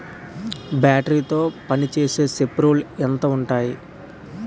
Battery తో పనిచేసే స్ప్రేలు ఎంత ఉంటాయి?